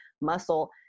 muscle